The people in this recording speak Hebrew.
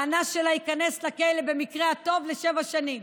האנס שלה ייכנס לכלא, במקרה הטוב, לשבע שנים.